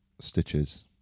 stitches